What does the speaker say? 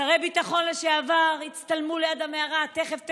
שרי ביטחון לשעבר הצטלמו ליד המערה ואמרו: תכף,